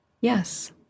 yes